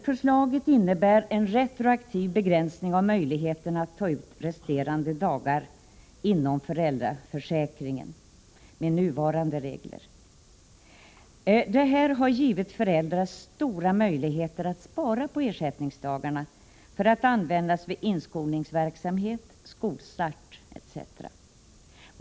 Förslaget innebär en retroaktiv begränsning av möjligheterna att ta ut resterande dagar inom föräldraförsäkringen med nuvarande regler. Detta har givit föräldrar stora möjligheter att spara på ersättningsdagarna för att använda dem vid inskolningsverksamhet, skolstart etc.